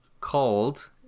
called